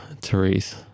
Therese